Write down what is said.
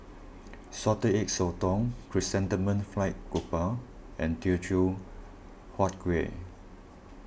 Salted Egg Sotong Chrysanthemum Fried Grouper and Teochew Huat Kuih